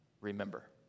remember